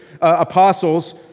apostles